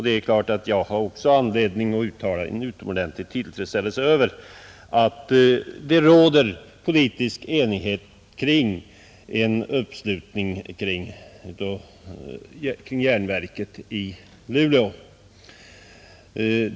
Det är klart att också jag har anledning att uttala en utomordentlig tillfredsställelse över att det råder politisk enighet om en uppslutning kring järnverket i Luleå.